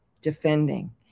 defending